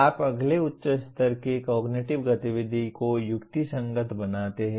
आप अगले उच्च स्तर की कॉग्निटिव गतिविधि को युक्तिसंगत बनाते हैं